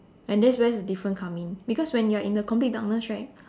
and that's when the difference come in because when you're in the complete darkness right